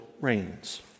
reigns